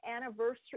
anniversary